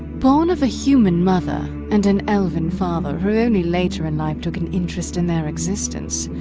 born of a human mother and an elven father who only later in life took an interest in their existence,